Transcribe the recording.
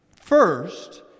first